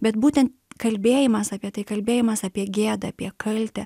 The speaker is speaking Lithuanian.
bet būtent kalbėjimas apie tai kalbėjimas apie gėdą apie kaltę